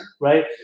Right